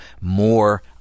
more